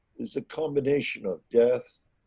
is a culmination of death.